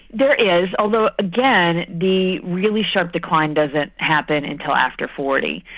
there is, although again, the really sharp decline doesn't happen until after forty.